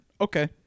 Okay